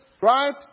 right